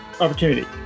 opportunity